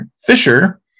Fisher